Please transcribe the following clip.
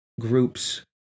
groups